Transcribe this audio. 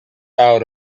out